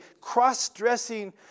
cross-dressing